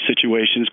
situations